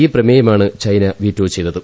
ഈ പ്രമേയമാണ് China veto ചെയ്തത്